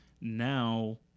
now